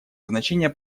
значение